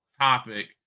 topic